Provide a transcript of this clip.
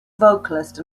vocalist